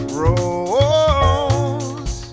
rose